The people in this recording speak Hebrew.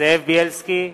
זאב בילסקי,